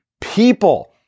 people